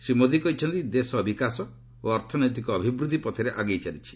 ଶ୍ରୀ ମୋଦି କହିଛନ୍ତି ଦେଶ ବିକାଶ ଓ ଅର୍ଥନୈତିକ ଅଭିବୃଦ୍ଧି ପଥରେ ଆଗେଇ ଚାଲିଛି